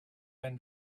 been